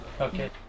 okay